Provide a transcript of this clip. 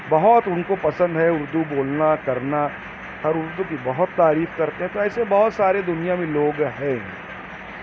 بہت ان کو پسند ہے اردو بولنا کرنا اور اردو کی بہت تعریف کرتے ہیں تو ایسے بہت سارے دنیا میں لوگ ہیں